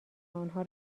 آنها